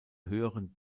höheren